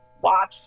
watch